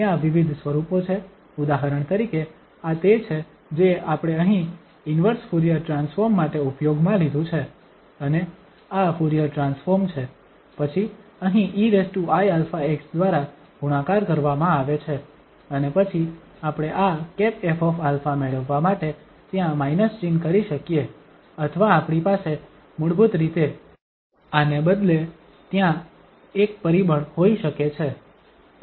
તેથી ત્યાં વિવિધ સ્વરૂપો છે ઉદાહરણ તરીકે આ તે છે જે આપણે અહીં ઇન્વર્સ ફુરીયર ટ્રાન્સફોર્મ માટે ઉપયોગમાં લીધું છે અને આ ફુરીયર ટ્રાન્સફોર્મ છે પછી અહીં eiαx દ્વારા ગુણાકાર કરવામાં આવે છે અને પછી આપણે આ ƒα મેળવવા માટે ત્યાં માઇનસ ચિહ્ન કરી શકીએ અથવા આપણી પાસે મૂળભૂત રીતે આને બદલે ત્યાં 1 પરિબળ હોઈ શકે છે